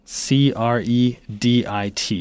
c-r-e-d-i-t